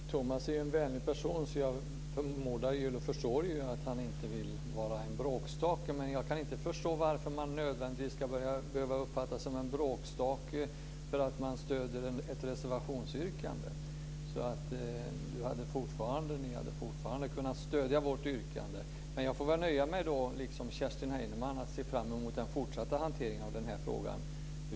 Fru talman! Thomas är ju en vänlig person, så jag förstår att han inte vill vara en bråkstake. Men jag kan inte förstå varför man nödvändigtvis ska behöva uppfattas som en bråkstake för att man stöder ett reservationsyrkande. Ni hade fortfarande kunnat stödja vårt yrkande. Men jag får väl liksom Kerstin Heinemann nöja mig med att se fram emot den fortsatta hanteringen av den här frågan.